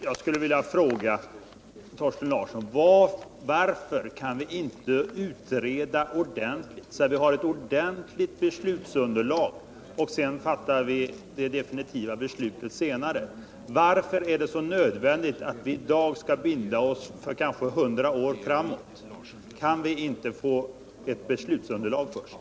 Jag skulle vilja fråga Thorsten Larsson: Varför kan vi inte utreda ordentligt, så vi har ett riktigt beslutsunderlag och fatta det definitiva beslutet senare? Varför är det nödvändigt att vi i dag skall binda oss för kanske 100 år framåt? Kan vi inte få ett beslutsunderlag först?